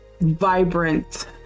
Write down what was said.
vibrant